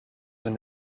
een